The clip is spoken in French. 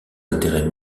intérêts